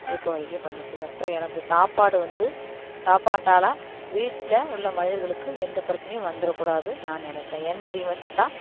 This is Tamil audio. இப்போ வரைக்கும் பண்ணிட்ருக்கேன் ஸோ எனக்கு சாப்பாடு வந்து சாப்பாட்டால் வீட்டில் உள்ள மனிதர்களுக்கு எந்த பிரச்சினையும் வந்துடக்கூடாது நான் நினைப்பேன் எண்ணெய் அதிகமாக சேர்த்தா